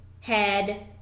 head